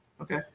Okay